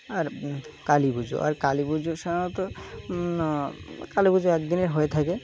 আর কালী পুজো আর কালী পুজোর সাধারণত কালী পুজো একদিনের হয়ে থাকে